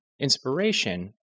inspiration